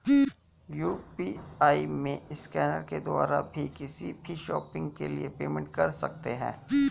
UPI में scanner के द्वारा भी किसी भी शॉपिंग के लिए पेमेंट कर सकते है